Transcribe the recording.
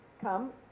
come